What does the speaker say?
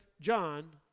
John